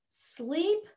Sleep